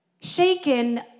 shaken